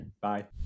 Bye